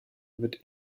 wird